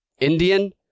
Indian